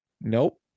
Nope